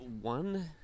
one